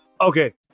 Okay